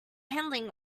handling